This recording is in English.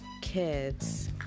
kids